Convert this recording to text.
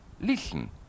listen